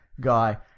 guy